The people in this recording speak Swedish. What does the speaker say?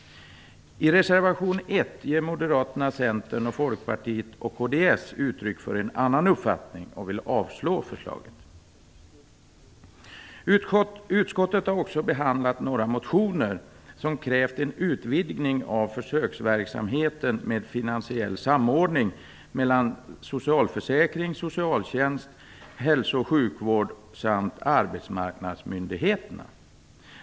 I reservation 1 ger Moderaterna, Centern, Folkpartiet och kds uttryck för en annan uppfattning och vill att förslaget avslås. Utskottet har också behandlat några motioner där man krävt en utvidgning av försöksverksamheten med finansiell samordning mellan socialförsäkring, socialtjänst, hälso och sjukvård och arbetsmarknadsmyndigheterna.